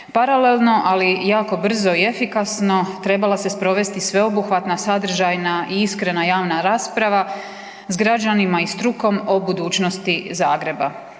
Paralelno, ali jako brzo i efikasno, trebala se sprovesti sveobuhvatna, sadržajna i iskrena javna rasprava s građanima i strukom o budućnosti Zagreba.